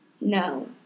No